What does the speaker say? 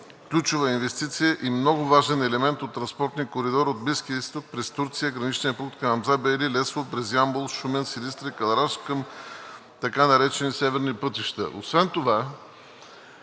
ключова инвестиция и много важен елемент от транспортния коридор от Близкия изток през Турция, граничния пункт „Хамзабейли – Лесово“, през Ямбол, Шумен, Силистра и Кълъраш към така наречените северни пътища.